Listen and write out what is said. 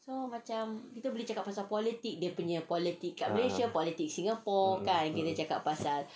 a'ah